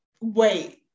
wait